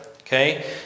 Okay